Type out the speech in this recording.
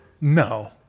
No